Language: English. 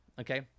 okay